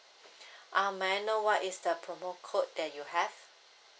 uh may I know what is the promo code that you have